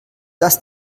dass